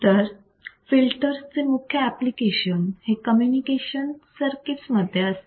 तर फिल्टर्स चे मुख्य एप्लीकेशन हे कम्युनिकेशन सर्किटस मध्ये असते